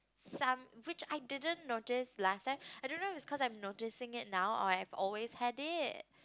some which I didn't notice last time I don't know if it's cause I am noticing it now or I have always had it